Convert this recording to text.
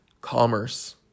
commerce